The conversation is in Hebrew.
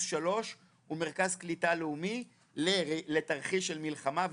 שלוש הוא מרכז קליטה לאומי לתרחיש של מלחמה.